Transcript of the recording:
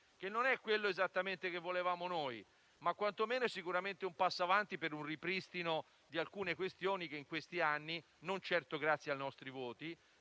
che non è esattamente quello che volevamo noi, ma quantomeno è sicuramente un passo in avanti per un ripristino di alcune situazioni, dal momento che in questi anni, non certo grazie ai nostri voti,